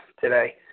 today